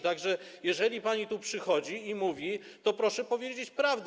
Tak że jeżeli pani tu przychodzi i mówi, to proszę powiedzieć prawdę.